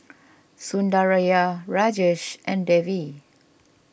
Sundaraiah Rajesh and Devi